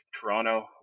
Toronto